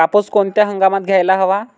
कापूस कोणत्या हंगामात घ्यायला हवा?